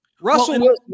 Russell